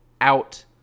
out